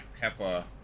pepper